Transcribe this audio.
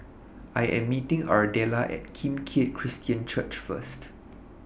I Am meeting Ardella At Kim Keat Christian Church First